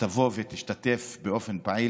שתבוא ותשתתף באופן פעיל,